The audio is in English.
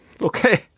Okay